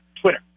Twitter